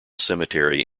cemetery